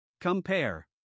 Compare